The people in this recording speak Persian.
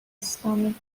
اسلامی